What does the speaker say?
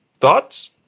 Thoughts